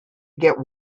get